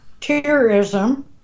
terrorism